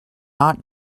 not